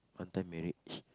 one time marriage